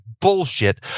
bullshit